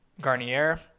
garnier